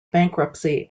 bankruptcy